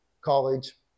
college